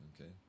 Okay